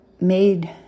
made